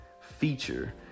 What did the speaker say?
feature